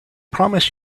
promise